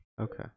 Okay